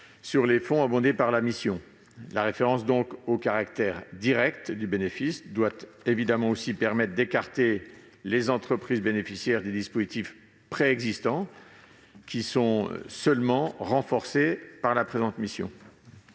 aux fonds de cette mission. La référence au caractère direct du bénéfice doit permettre d'écarter les entreprises bénéficiaires des dispositifs préexistants, qui sont seulement renforcés par la présente mission.